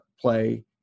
play